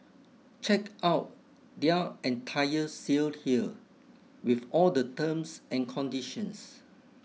check out their entire sale here with all the terms and conditions